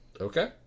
Okay